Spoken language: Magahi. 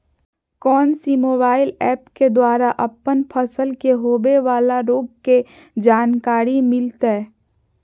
कौन सी मोबाइल ऐप के द्वारा अपन फसल के होबे बाला रोग के जानकारी मिलताय?